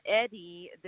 Eddie